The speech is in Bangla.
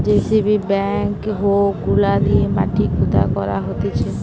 যেসিবি ব্যাক হো গুলা দিয়ে মাটি খুদা করা হতিছে